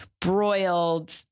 broiled